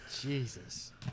Jesus